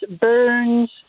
burns